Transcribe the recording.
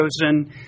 chosen